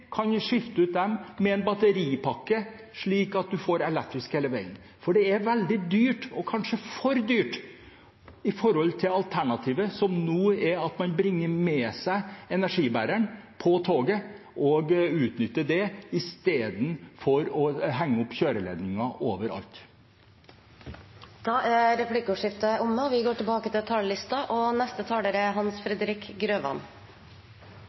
en batteripakke, slik at en får elektrisk hele veien. Det er veldig dyrt, kanskje for dyrt i forhold til alternativet, som nå er at man bringer med seg energibæreren på toget og utnytter den istedenfor å henge opp kjøreledninger overalt. Da er replikkordskiftet omme. Transportplanen vi debatterer i dag, er en ambisiøs plan, men likevel realistisk og vel tilpasset de behov vi har i transportsektoren de neste